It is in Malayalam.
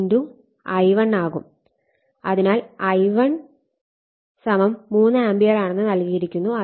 ഇതിൽ I1 3 ആമ്പിയർ ആണെന്ന് നൽകിയിരിക്കുന്നു